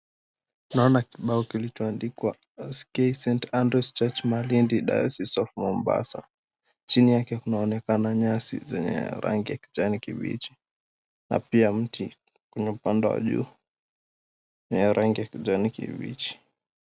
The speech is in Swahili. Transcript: Naona kibao kilicho andikwa ACK St. Andrews Church Malindi Dioceses of Mombasa. Chini yake kunaonekana nyasi zenye rangi kijani kibichi na pia mti kwenye upande wa juu ni ya rangi ya kijani kibichi.